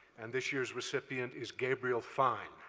and this year's recipient is gabriel fine.